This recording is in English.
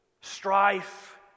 strife